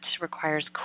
requires